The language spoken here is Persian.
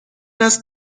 است